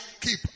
keep